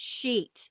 sheet